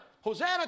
Hosanna